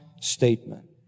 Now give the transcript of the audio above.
statement